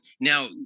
now